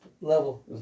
level